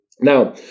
Now